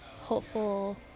hopeful